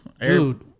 Dude